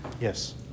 Yes